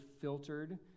filtered